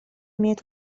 имеет